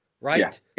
right